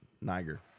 Niger